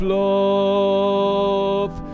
love